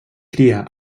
cria